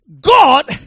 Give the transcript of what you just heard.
God